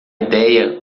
ideia